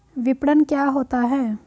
विपणन क्या होता है?